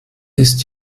ist